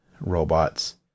robots